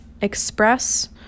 express